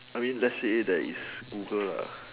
I mean lets say there is Google lah